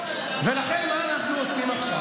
ולכן, מה אנחנו עושים עכשיו?